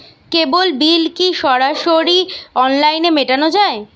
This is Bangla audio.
কেবল বিল কি সরাসরি অনলাইনে মেটানো য়ায়?